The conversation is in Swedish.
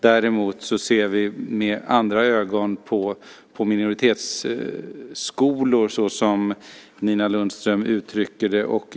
Däremot ser vi med andra ögon på minoritetsskolor som Nina Lundström uttrycker det.